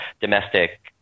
domestic